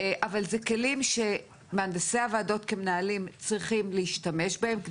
אבל אלו כלים שמהנדסי הוועדות כמנהלים צריכים להשתמש בהם,